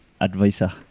advisor